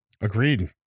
Agreed